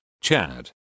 Chad